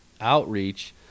outreach